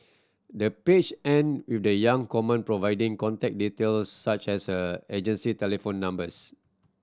the page end with the young common providing contact details such as her agency telephone numbers